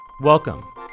Welcome